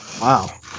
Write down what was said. Wow